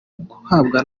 kubakwa